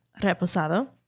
reposado